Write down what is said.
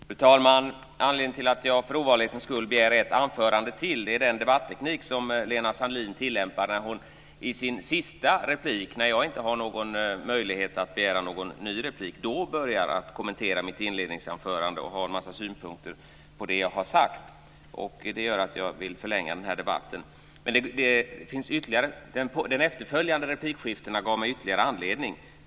Fru talman! Anledningen till att jag för ovanlighetens skull begär ett anförande till är den debatteknik som Lena Sandlin-Hedman tillämpar. I sin sista replik, när jag inte har någon möjlighet att begära ny replik, börjar hon kommentera mitt inledningsanförande och har en massa synpunkter på det jag har sagt. Det gör att jag vill förlänga debatten. De efterföljande replikskiftena gav mig ytterligare anledning.